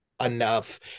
enough